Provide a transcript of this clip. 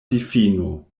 difino